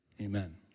Amen